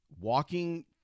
walking